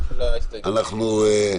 קודם כול,